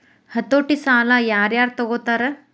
ಹತೋಟಿ ಸಾಲಾ ಯಾರ್ ಯಾರ್ ತಗೊತಾರ?